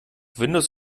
windows